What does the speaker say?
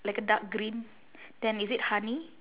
like a dark green then is it honey